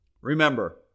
Remember